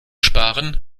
sparen